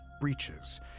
breaches